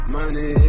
Money